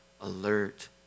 alert